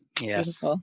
Yes